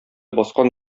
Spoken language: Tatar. баскан